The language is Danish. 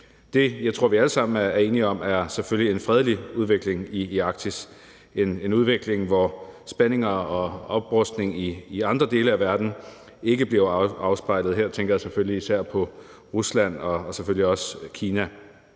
Det, jeg tror vi alle sammen er enige om, er selvfølgelig, at vi ønsker en fredelig udvikling i Arktis og en udvikling, hvor spændinger og oprustning i andre dele af verden ikke bliver afspejlet. Her tænker jeg selvfølgelig især på Rusland og selvfølgelig også Kina.